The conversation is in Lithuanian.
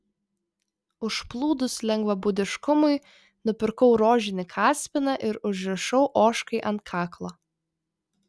užplūdus lengvabūdiškumui nupirkau rožinį kaspiną ir užrišau ožkai ant kaklo